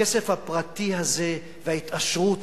הכסף הפרטי הזה וההתעשרות